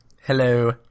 Hello